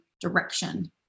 direction